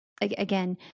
again